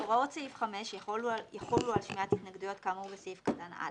הוראות סעיף 5 יחולו על שמיעת התנגדויות כאמור בסעיף קטן (א),